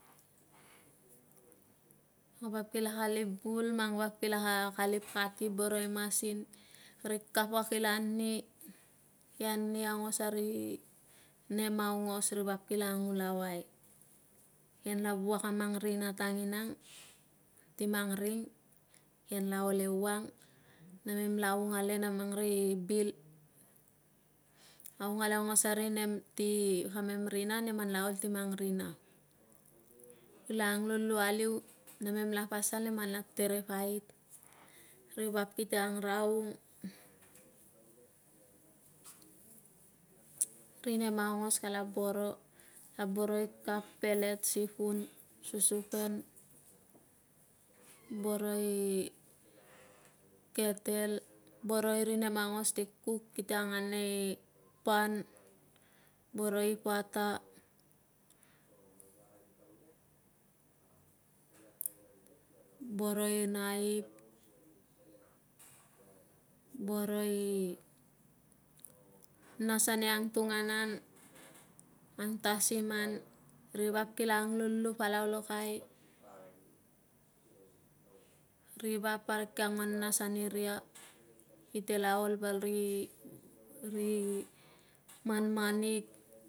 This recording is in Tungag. Mang vap kila kalip vul mangvap kila kalip kali boro i masin ri kapa kila ni kiani aungos a ri nem aingos ri vap kila angulau ai kiani aungo a ri nem aingos ri timong ring kian la ol e wang namen la aungale na mang ri bil aunga le angos ari nem ti kamen rin name la olti man rina kila anglulu aliu na mem la pasal namem la tere pait rivap kite angraung ri ve nem aingos kila boro la boro i kap petel sifun susupen boro i ketel boro iri nem aingos ti cook kite angan nei pan boro i pata i naip boror i nas ani ang tunganan angtagiman rivap kilo anglulu palau lo kai rivap parik kia nguan nas ani ria kite la ol val ri ri manmanik.